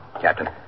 Captain